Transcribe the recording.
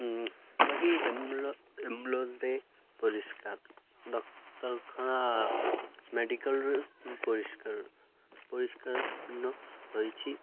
ବାକି ଆମ୍ବୁଲେନ୍ସରେ ପରିଷ୍କାର ଡ଼କ୍ଟର୍ଖାନା ମେଡ଼ିକାଲ୍ରେ ପରିଷ୍କାର ପରିଷ୍କାରନ ରହିଛି